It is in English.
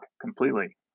completely